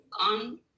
On